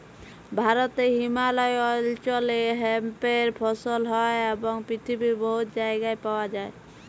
ভারতে হিমালয় অল্চলে হেম্পের ফসল হ্যয় এবং পিথিবীর বহুত জায়গায় পাউয়া যায়